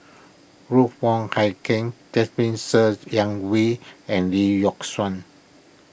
Ruth Wong Hie King Jasmine Ser Xiang Wei and Lee Yock Suan